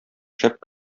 шәп